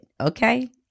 Okay